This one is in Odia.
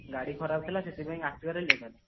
ଗାଡ଼ି ଖରାପ ଥିଲା ସେଥିପାଇଁ ଆସିବାରେ ଲେଟ୍ ହେଲା